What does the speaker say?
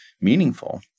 meaningful